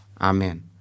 Amen